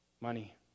Money